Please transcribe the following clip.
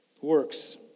Works